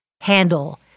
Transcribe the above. handle